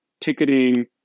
ticketing